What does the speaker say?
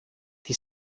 die